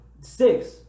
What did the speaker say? Six